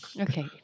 Okay